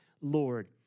Lord